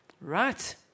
Right